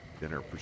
Dinner